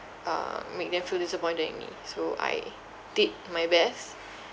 uh make them feel disappointed in me so I did my best